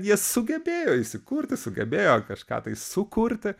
jie sugebėjo įsikurti sugebėjo kažką tai sukurti